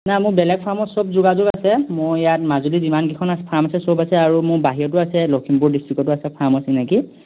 নাই মোৰ বেলেগ ফাৰ্মৰ সব যোগাযোগ আছে মোৰ ইয়াত মাজুলীৰ যিমানকেইখন ফাৰ্ম আছে সব আছে আৰু মোৰ বাহিৰতো আছে লখিমপুৰ ডিষ্ট্ৰিকতো আছে ফাৰ্মৰ চিনাকি